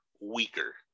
weaker